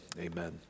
Amen